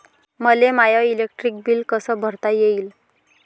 मले माय electric light bill कस भरता येईल?